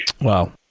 Wow